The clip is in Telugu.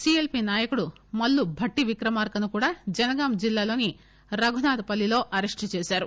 సిఎల్పి నాయకుడు మల్లు భట్టి విక్రమార్కను కూడా జనగాం జిల్లాలోని రఘునాథ్పల్లిలో అరెస్టు చేశారు